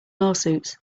lawsuits